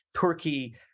Turkey